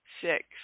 six